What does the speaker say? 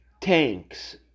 tanks